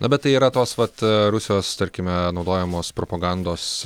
na bet tai yra tos vat rusijos tarkime naudojamos propagandos